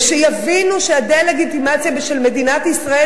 ושיבינו שהדה-לגיטימציה של מדינת ישראל